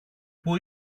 πού